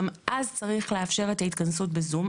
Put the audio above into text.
גם אז צריך לאפשר את ההתכנסות ב-זום.